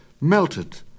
melted